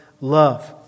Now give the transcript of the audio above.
love